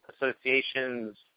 associations